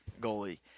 goalie